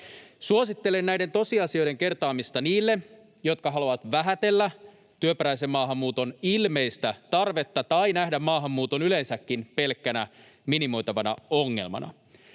Suosittelen näiden tosiasioiden kertaamista niille, jotka haluavat vähätellä työperäisen maahanmuuton ilmeistä tarvetta tai nähdä maahanmuuton yleensäkin pelkkänä minimoitavana ongelmana.